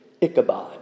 Ichabod